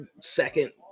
second